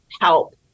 help